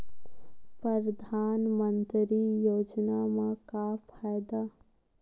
परधानमंतरी योजना म का फायदा?